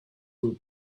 will